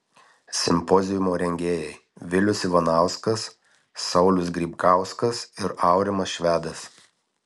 simpoziumo rengėjai vilius ivanauskas saulius grybkauskas ir aurimas švedas